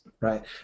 right